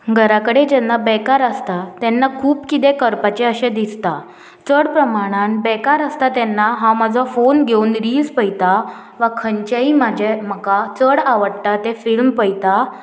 घरा कडेन जेन्ना बेकार आसता तेन्ना खूब किदें करपाचें अशें दिसता चड प्रमाणान बेकार आसता तेन्ना हांव म्हाजो फोन घेवन रिल्स पयतां वा खंयचेंय म्हाजें म्हाका चड आवडटा तें फिल्म पयता